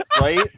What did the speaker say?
Right